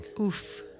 Oof